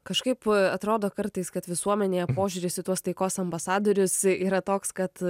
kažkaip atrodo kartais kad visuomenėje požiūris į tuos taikos ambasadorius yra toks kad